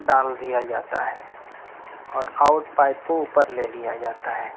ڈال دیا جاتا ہے اور آؤٹ پائپ کو اوپر لے لیا جاتا ہے